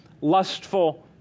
lustful